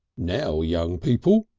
now, young people,